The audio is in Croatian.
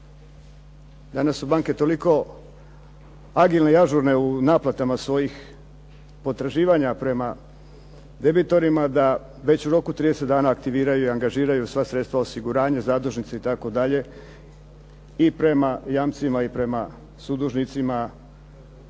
Danas su banke toliko agilne i ažurne u naplatama svojih potraživanja prema debitorima, da već u roku 30 dana aktiviraju i angažiraju sva sredstva osiguranja, zadužnice itd. i prema jamcima i prema sudužnicima